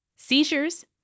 Seizures